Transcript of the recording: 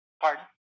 Pardon